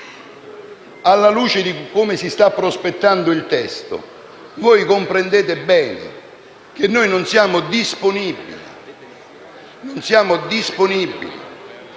Alla luce di come si sta prospettando il testo, voi comprendete bene che noi non siamo disponibili a favorire il